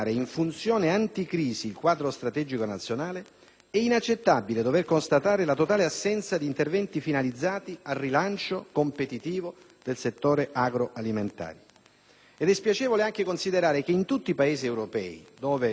è inaccettabile dover constatare la totale assenza di interventi finalizzati al rilancio competitivo del settore agroalimentare. Ed è spiacevole anche considerare che in tutti i Paesi europei, dove si stanno affrontando decreti anticrisi,